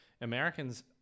Americans